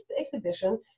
exhibition